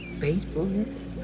faithfulness